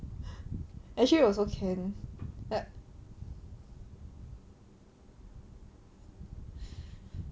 actually also can but